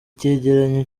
cyegeranyo